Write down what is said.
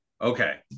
Okay